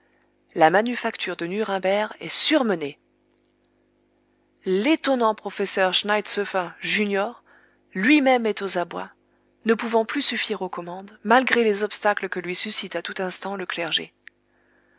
la manufacture de nuremberg est surmenée l'étonnant professeur schneitzoëffer junior lui-même est aux abois ne pouvant plus suffire aux commandes malgré les obstacles que lui suscite à tout instant le clergé